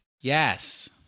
Yes